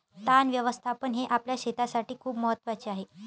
तण व्यवस्थापन हे आपल्या शेतीसाठी खूप महत्वाचे आहे